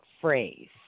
Phrase